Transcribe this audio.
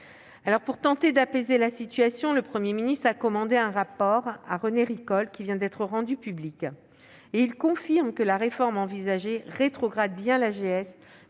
Pour tenter d'apaiser la situation, le Premier ministre a commandé un rapport à René Ricol. Il vient d'être rendu public : il confirme que la réforme envisagée rétrograde l'AGS